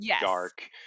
dark